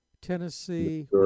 Tennessee